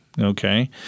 Okay